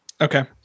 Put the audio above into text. Okay